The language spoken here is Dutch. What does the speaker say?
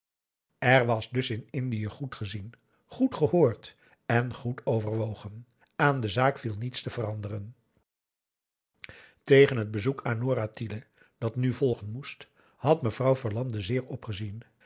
er was dus in indië goed gezien goed gehoord en goed overwogen aan de zaak viel niets te veranderen tegen het bezoek aan nora tiele dat nu volgen moest had mevrouw verlande zeer opgezien